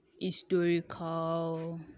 historical